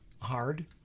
hard